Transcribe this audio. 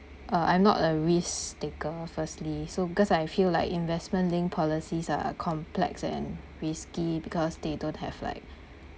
uh I'm not a risk taker firstly so because I feel like investment linked policies are complex and risky because they don't have like